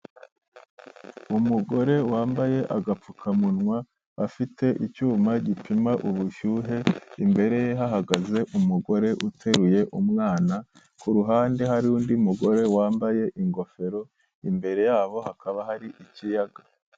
Umugore wambaye agapfukamunwa, afite icyuma gipima ubushyuhe, imbere ye hahagaze umugore uteruye umwana, ku ruhande hari undi mugore wambaye ingofero, imbere yabo hakaba hari ikiyaga.